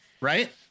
Right